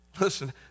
listen